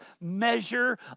measure